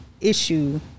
issue